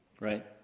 Right